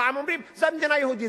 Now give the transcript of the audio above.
פעם אומרים: זו המדינה היהודית.